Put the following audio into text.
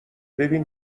ببین